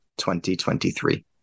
2023